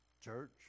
church